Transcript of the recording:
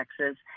Texas